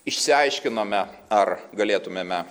išsiaiškinome ar galėtumėme